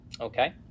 Okay